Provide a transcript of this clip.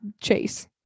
Chase